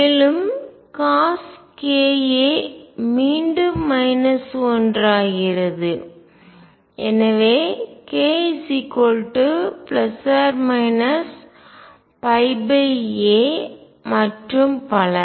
மேலும் cos ka மீண்டும் 1 ஆகிறது எனவே k a மற்றும் பல